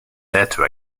data